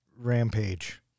Rampage